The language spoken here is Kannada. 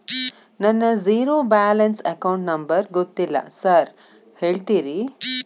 ನನ್ನ ಜೇರೋ ಬ್ಯಾಲೆನ್ಸ್ ಅಕೌಂಟ್ ನಂಬರ್ ಗೊತ್ತಿಲ್ಲ ಸಾರ್ ಹೇಳ್ತೇರಿ?